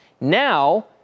now